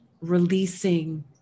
releasing